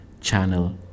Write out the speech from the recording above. channel